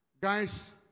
Guys